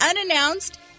unannounced